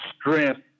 strength